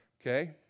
okay